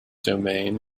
domain